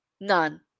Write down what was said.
None